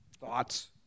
Thoughts